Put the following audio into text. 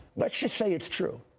let's just say it's true,